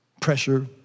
pressure